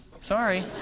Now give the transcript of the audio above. Sorry